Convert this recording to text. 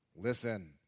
Listen